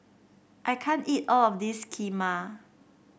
I can't eat all of this Kheema